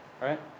right